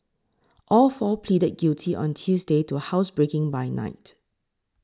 all four pleaded guilty on Tuesday to housebreaking by night